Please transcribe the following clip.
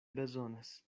bezonas